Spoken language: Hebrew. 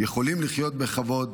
יכולים לחיות בכבד,